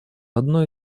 одной